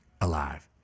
alive